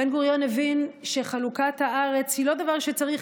בן-גוריון הבין שחלוקת הארץ היא לא דבר שצריך